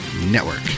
Network